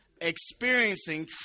Experiencing